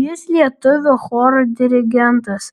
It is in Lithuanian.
jis lietuvių choro dirigentas